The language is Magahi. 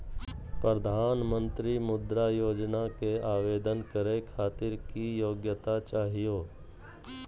प्रधानमंत्री मुद्रा योजना के आवेदन करै खातिर की योग्यता चाहियो?